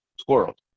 squirrels